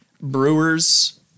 brewer's